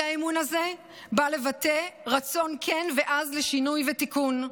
האי-אמון הזה בא לבטא רצון כן ועז לשינוי ותיקון.